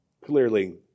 Clearly